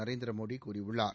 நரேந்திர மோடி கூறியுள்ளார்